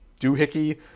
doohickey